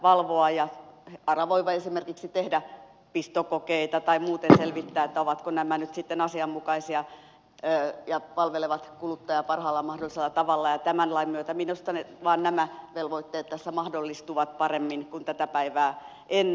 ara voi esimerkiksi tehdä pistokokeita tai muuten selvittää ovatko nämä asianmukaisia ja palvelevatko kuluttajaa parhaalla mahdollisella tavalla ja tämän lain myötä minusta nämä velvoitteet vain mahdollistuvat paremmin kuin tätä päivää ennen